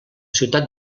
ciutat